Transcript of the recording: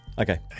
Okay